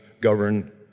govern